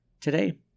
today